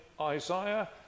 Isaiah